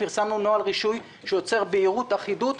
פרסמנו נוהל רישוי שיוצר בהירות ואחידות,